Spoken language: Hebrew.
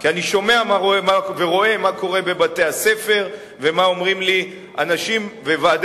כי אני שומע ורואה מה קורה בבתי-הספר ומה אומרים לי אנשים וועדי